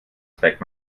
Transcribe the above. trägt